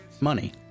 Money